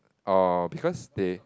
or because they